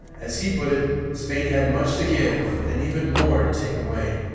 as he put it spain had much to give and even more to take away,